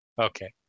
Okay